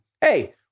hey